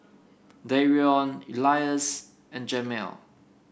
Darion Elias and Jamel